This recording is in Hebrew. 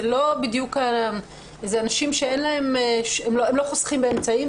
אלה אנשים שלא חוסכים באמצעים,